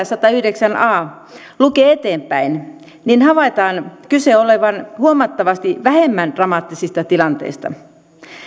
sadattayhdeksättä a pykälää lukee eteenpäin havaitaan kyseen olevan huomattavasti vähemmän dramaattisista tilanteista